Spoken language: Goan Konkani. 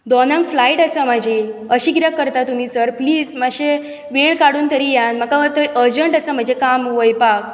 दोनांक फ्लायट आसा म्हजी अशी कित्याक करता तुमी सर प्लीज मातशे वेळ काडून तरी येयात म्हाका मातशे अर्जंट आसा मातशे म्हजे काम वचपाक